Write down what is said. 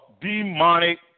demonic